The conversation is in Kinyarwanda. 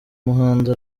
muhanzi